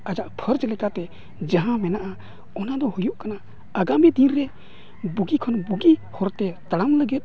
ᱟᱭᱟᱜ ᱯᱷᱚᱨᱡᱽ ᱞᱮᱠᱟᱛᱮ ᱡᱟᱦᱟᱸ ᱢᱮᱱᱟᱜᱼᱟ ᱚᱱᱟᱫᱚ ᱦᱩᱭᱩᱜ ᱠᱟᱱᱟ ᱟᱜᱟᱢᱤ ᱫᱤᱱ ᱨᱮ ᱵᱩᱜᱤ ᱠᱷᱚᱱ ᱵᱩᱜᱤ ᱦᱚᱨᱛᱮ ᱛᱟᱲᱟᱢ ᱞᱟᱹᱜᱤᱫ